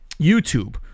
YouTube